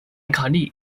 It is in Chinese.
卡利